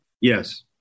Yes